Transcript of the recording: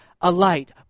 alight